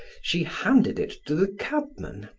she handed it to the cabman,